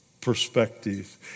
Perspective